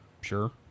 Sure